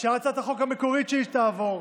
שהצעת החוק המקורית שלי תעבור,